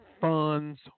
funds